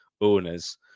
owners